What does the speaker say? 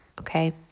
Okay